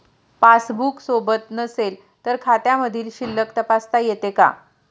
Passbook सोबत नसेल तर खात्यामधील शिल्लक तपासता येते का?